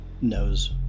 knows